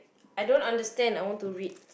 I don't understand I want to read